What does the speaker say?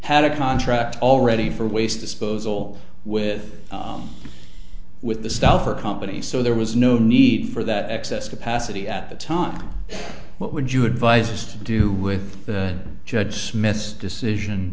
had a contract already for waste disposal with with the stuff for companies so there was no need for that excess capacity at the time what would you advise us to do with the judge smith's decision